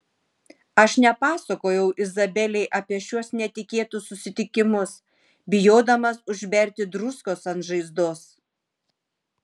aš nepasakojau izabelei apie šiuos netikėtus susitikimus bijodamas užberti druskos ant žaizdos